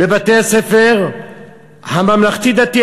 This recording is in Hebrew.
בבתי-הספר של הממלכתי-דתי,